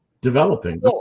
developing